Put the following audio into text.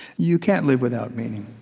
you can't live without meaning.